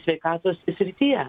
sveikatos srityje